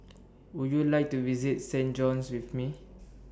Would YOU like to visit Saint John's with Me